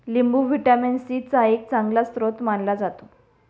लिंबू vitamin C चा एक चांगला स्रोत मानला जातो